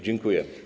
Dziękuję.